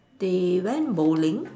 they went bowling